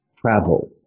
travel